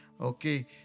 Okay